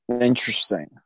Interesting